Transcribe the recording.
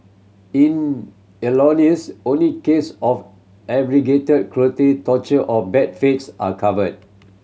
in only case of aggravated cruelty torture or bad faith are covered